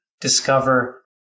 discover